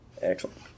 Excellent